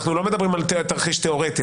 אנחנו לא מדברים על תרחיש תיאורטי,